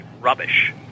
rubbish